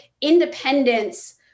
independence